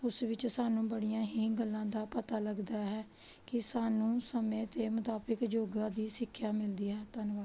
ਉਸ ਵਿੱਚ ਸਾਨੂੰ ਬੜੀਆਂ ਹੀ ਗੱਲਾਂ ਦਾ ਪਤਾ ਲੱਗਦਾ ਹੈ ਕਿ ਸਾਨੂੰ ਸਮੇਂ ਦੇ ਮੁਤਾਬਿਕ ਯੋਗਾ ਦੀ ਸਿੱਖਿਆ ਮਿਲਦੀ ਹੈ ਧੰਨਵਾਦ